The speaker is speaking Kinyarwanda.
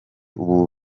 ubu